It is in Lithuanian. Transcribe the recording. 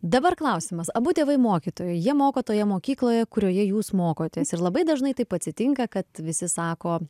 dabar klausimas abu tėvai mokytojai jie moko toje mokykloje kurioje jūs mokotės ir labai dažnai taip atsitinka kad visi sako